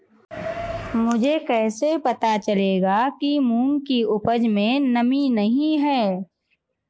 मुझे कैसे पता चलेगा कि मूंग की उपज में नमी नहीं है?